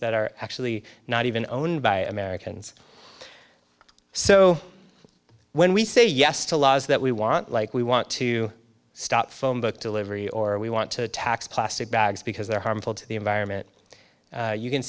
that are actually not even owned by americans so when we say yes to laws that we want like we want to stop phone book delivery or we want to tax plastic bags because they're harmful to the environment you can